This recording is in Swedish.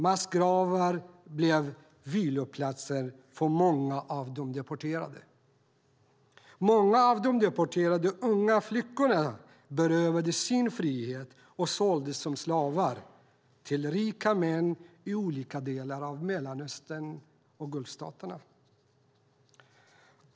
Massgravar blev viloplatser för många av de deporterade. Många av de deporterade unga flickorna berövades sin frihet och såldes som slavar till rika män i olika delar av Mellanöstern och gulfstaterna.